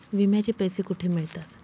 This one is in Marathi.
विम्याचे पैसे कुठे मिळतात?